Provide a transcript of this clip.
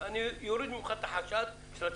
אני הלכתי, הלכתי